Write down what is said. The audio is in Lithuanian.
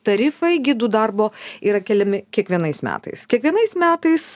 tarifai gidų darbo yra keliami kiekvienais metais kiekvienais metais